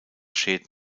schäden